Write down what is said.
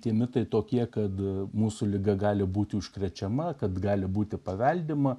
tie mitai tokie kad mūsų liga gali būti užkrečiama kad gali būti paveldima